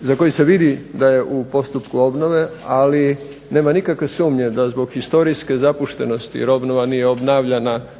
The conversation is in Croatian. za koji se vidi da je u postupku obnove, ali nema nikakve sumnje da zbog historijske zapuštenosti jer obnova nije obnavljana tokom